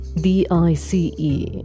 d-i-c-e